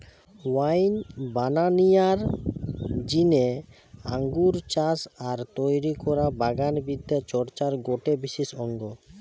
wine বানানিয়ার জিনে আঙ্গুর চাষ আর তৈরি করা বাগান বিদ্যা চর্চার গটে বিশেষ অঙ্গ